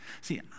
See